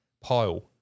pile